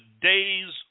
days